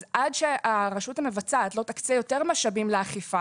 אז עד שהרשות המבצעת לא תקצה יותר משאבים לאכיפה